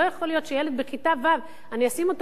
לא יכול להיות שילד בכיתה ו' אשים אותו